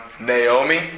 Naomi